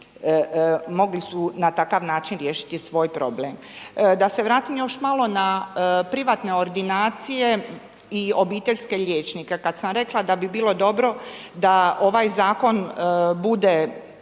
mogli su na takav način riješiti svoj problem. Da se vratim još malo na privatne ordinacije i obiteljske liječnike. Kad sam rekla da bi bilo dobro da ovaj Zakon bude